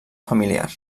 familiar